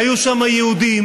היו שם יהודים,